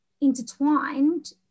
intertwined